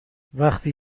وقتی